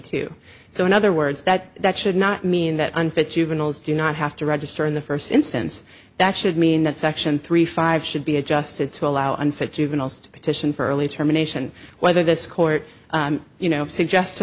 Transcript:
two so in other words that that should not mean that unfit juveniles do not have to register in the first instance that should mean that section three five should be adjusted to allow unfit juveniles to petition for early termination whether this court you know suggest to